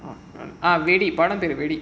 படம் பேரு வெடி:padam peru vedi